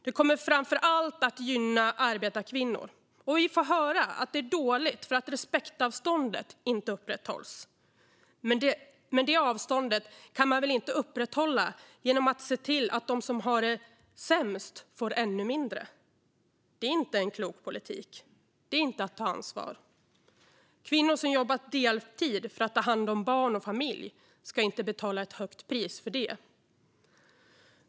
Det kommer framför allt att gynna arbetarkvinnor. Vi får höra att det är dåligt för att respektavståndet inte upprätthålls. Men det avståndet kan man väl inte upprätthålla genom att de som har det sämst får ännu mindre? Det är inte en klok politik. Det är inte att ta ansvar. Kvinnor som har jobbat deltid för att ta hand om barn och familj ska inte behöva betala ett högt pris för det.